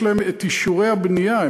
יש להם את אישורי הבנייה,